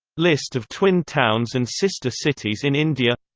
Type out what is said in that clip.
list of twin towns and sister cities in india